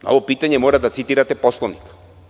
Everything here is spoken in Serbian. Na ovo pitanje mora da citirate Poslovnik.